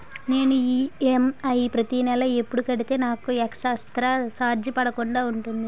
నేను ఈ.ఎం.ఐ ప్రతి నెల ఎపుడు కడితే నాకు ఎక్స్ స్త్ర చార్జెస్ పడకుండా ఉంటుంది?